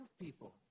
people